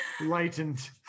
lightened